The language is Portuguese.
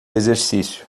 exercício